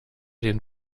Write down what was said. den